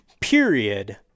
period